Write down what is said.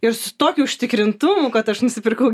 ir su tokiu užtikrintumu kad aš nusipirkau